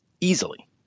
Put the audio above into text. easily